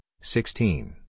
sixteen